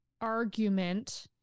argument